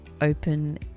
open